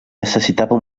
necessitava